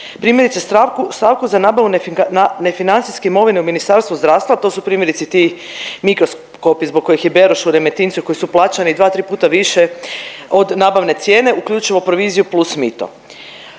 primjerice stavku za nabavu nefinancijske imovine u Ministarstvu zdravstva, a to su primjerice ti mikroskopi zbog kojih je Beroš u Remetincu i koji su plaćani dva, tri puta više od nabavne cijene uključivo proviziju plus mito.